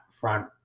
front